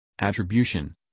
Attribution